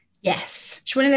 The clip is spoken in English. Yes